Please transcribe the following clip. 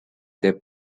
teeb